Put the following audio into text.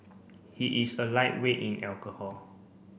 he is a lightweight in alcohol